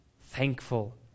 thankful